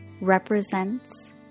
represents